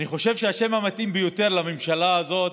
אני חושב שהשם המתאים ביותר לממשלה הזאת: